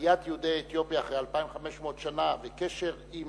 שעליית יהודי אתיופיה אחרי 2,500 שנה והקשר עם